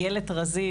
ואיילת רזין